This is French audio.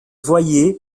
voyait